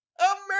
America